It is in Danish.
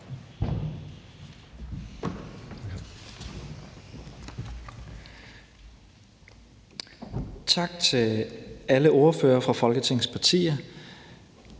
Tak til alle ordførere fra Folketingets partier